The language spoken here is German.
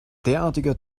derartiger